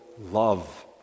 love